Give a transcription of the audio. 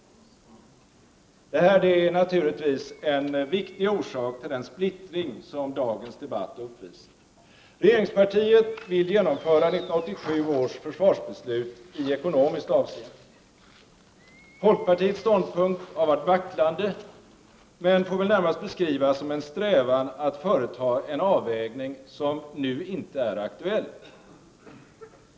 Detta är naturligtvis en viktig orsak till den splittring som dagens debatt uppvisar. Regeringspartiet vill genomföra 1987 års försvarsbeslut i ekonomiskt avsende. Folkpartiets ståndpunkt har varit vacklande men får väl närmast beskrivas som en strävan att företa en avvägning som nu inte är aktuell.